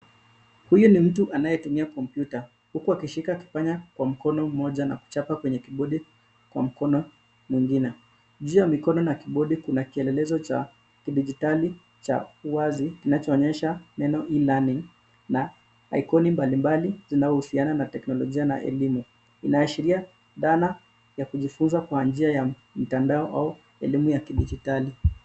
Huyu ni mtu anayetumia kompyuta huku akishika akifanya kwa mkono mmoja na kuchapa kwenye kibodi kwa mkono mwingine ,njia ya mikono na kibodi kuna kielelezo cha kidijitali cha uwazi kinachoonyesha neno e learning na iconi mbalimbali zinazohusiana na teknolojia na elimu, inaashiria dhana ya kujifunza kwa njia ya mtandao au elimu ya kidijitali.